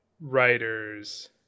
writers